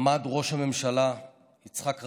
עמד ראש הממשלה יצחק רבין,